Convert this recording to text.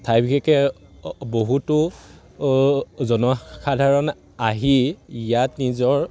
ঠাই বিশেষকে বহুতো জনসাধাৰণ আহি ইয়াত নিজৰ